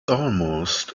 almost